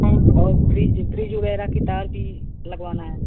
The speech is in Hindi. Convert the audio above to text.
और और फ्रिज फ्रिज वगैरह की तार भी लगवाना है